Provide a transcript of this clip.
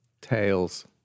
tails